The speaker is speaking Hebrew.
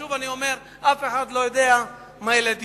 שוב אני אומר, אף אחד לא יודע מה ילד יום.